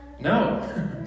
No